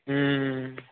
മ്മ്